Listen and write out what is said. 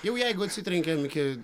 jau jeigu atsitrenkėm iki